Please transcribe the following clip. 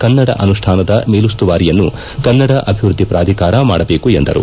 ಕನ್ನಡ ಅನುಷ್ಠಾನದ ಮೇಲುಸ್ತುವಾರಿಯನ್ನು ಕನ್ನಡ ಅಭಿವೃದ್ದಿ ಪ್ರಾಧಿಕಾರ ಮಾಡಬೇಕು ಎಂದರು